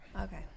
okay